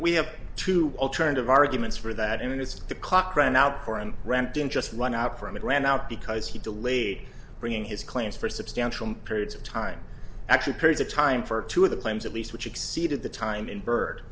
we have to alternative arguments for that and it's the clock ran out for him ran didn't just run out for him it ran out because he delayed bringing his claims for substantial periods of time actually periods of time for two of the claims at least which exceeded the time in byrd